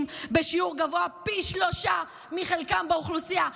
בשיעור גבוה פי שלושה מחלקם באוכלוסייה.